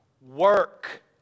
Work